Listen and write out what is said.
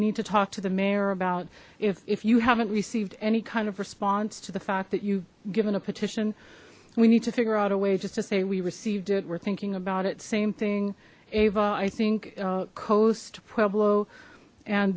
need to talk to the mayor about if if you haven't received any kind of response to the fact that you've given a petition we need to figure out a way just to say we received it we're thinking about it same thing ava i think coast pueblo and